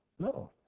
No